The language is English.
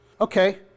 Okay